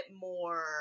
more